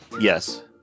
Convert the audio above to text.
Yes